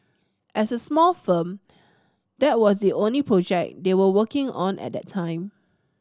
as a small firm that was the only project they were working on at that time